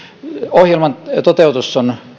ohjelman toteutus on